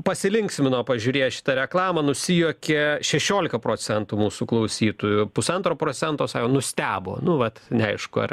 pasilinksmino pažiūrėję šitą reklamą nusijuokė šešiolika procentų mūsų klausytojų pusantro procento sako nustebo nu vat neaišku ar